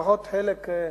לפחות חלק,